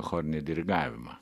chorinį dirigavimą